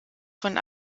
von